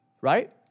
right